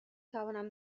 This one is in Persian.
توانم